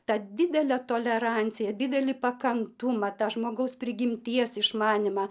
tą didelę toleranciją didelį pakantumą tą žmogaus prigimties išmanymą